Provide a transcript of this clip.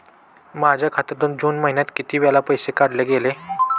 माझ्या खात्यातून जून महिन्यात किती वेळा पैसे काढले गेले?